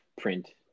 print